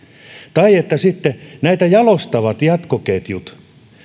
tai sitten myös näitä jalostavia jatkoketjuja